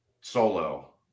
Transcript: solo